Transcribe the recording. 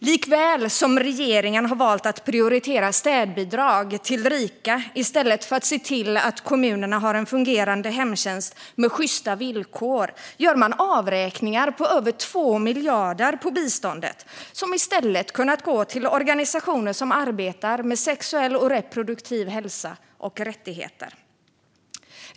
Likaväl som regeringen väljer att prioritera städbidrag till rika i stället för att se till att kommunerna har en fungerande hemtjänst med sjysta villkor gör regeringen avräkningar på över 2 miljarder på biståndet som i stället hade kunnat gå till organisationer som arbetar för sexuell och reproduktiv hälsa och rättigheter, SRHR.